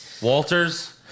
Walters